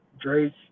Drake